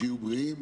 שיהיו בריאים,